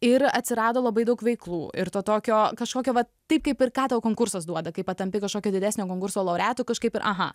ir atsirado labai daug veiklų ir to tokio kažkokio vat taip kaip ir ką tau konkursas duoda kai patampi kažkokio didesnio konkurso laureatu kažkaip ir aha